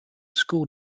school